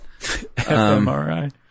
FMRI